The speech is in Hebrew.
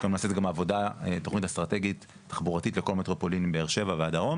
נעשית גם תכנית אסטרטגית תחבורתית לכל מטרופולין באר שבע והדרום